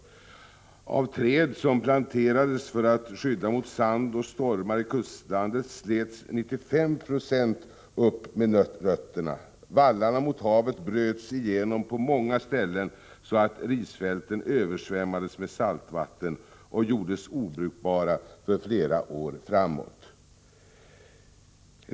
Av de träd som hade planterats för att skydda mot sand och stormar i kustlandet slets 95 96 upp med rötterna. Vallarna mot havet bröts igenom på många ställen, så att risfälten översvämmades med saltvatten och gjordes obrukbara för flera år framåt.